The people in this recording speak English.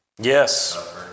Yes